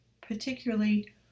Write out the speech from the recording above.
particularly